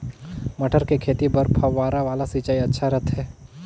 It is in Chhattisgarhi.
मटर के खेती बर फव्वारा वाला सिंचाई अच्छा रथे?